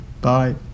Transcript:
bye